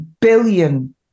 billion